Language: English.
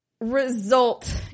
result